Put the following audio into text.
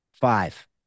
five